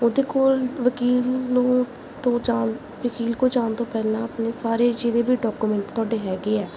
ਉਹਦੇ ਕੋਲ ਵਕੀਲ ਨੂੰ ਤੋਂ ਜਾਣ ਵਕੀਲ ਕੋਲ ਜਾਣ ਤੋਂ ਪਹਿਲਾਂ ਆਪਣੇ ਸਾਰੇ ਜਿਹੜੇ ਵੀ ਡੋਕੂਮੈਂਟ ਤੁਹਾਡੇ ਹੈਗੇ ਹੈ